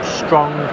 strong